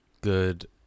good